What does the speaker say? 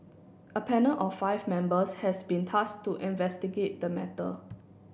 a panel of five members has been task to investigate the matter